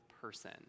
person